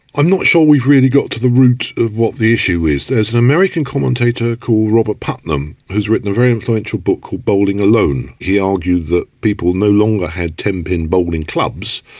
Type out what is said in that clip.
i'm not sure we've really got to the root of what the issue is. as an american commentator called robert putnam, who's written a very influential book called bowling alone he argued that people no longer had tenpin bowling clubs,